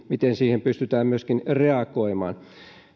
miten siihen pystytään myöskin reagoimaan